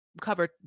cover